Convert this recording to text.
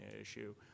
issue